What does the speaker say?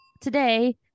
Today